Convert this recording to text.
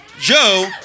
Joe